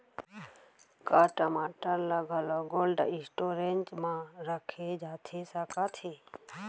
का टमाटर ला घलव कोल्ड स्टोरेज मा रखे जाथे सकत हे?